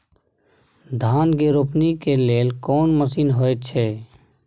धान के रोपनी के लेल कोन मसीन होयत छै?